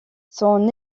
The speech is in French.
son